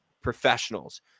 professionals